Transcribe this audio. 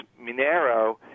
Minero